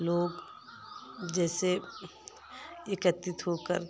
लोग जैसे एकत्रित हो कर